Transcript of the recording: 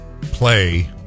play